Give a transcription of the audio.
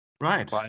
Right